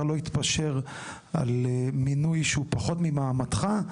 לא התפשר על מינוי שהוא פחות ממעמדך,